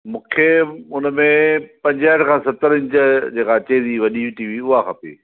मूंखे हुनमें पंजहठि खां सतरि इंच जेका अचे थी वॾी टीवी उहा खपे